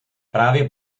právě